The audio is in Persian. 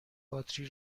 باتری